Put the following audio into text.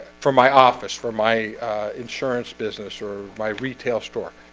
from my office for my insurance business or my retail store.